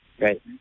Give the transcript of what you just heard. right